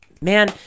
Man